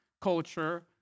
culture